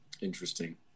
Interesting